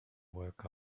work